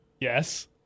Yes